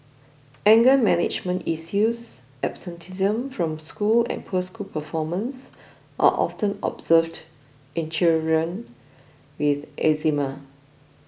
anger management issues absenteeism from school and poor school performance are often observed in children with Eczema